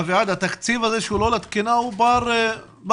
אביעד, התקציב הזה שהוא לא לתקינה, הוא בר השגה?